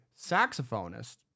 saxophonist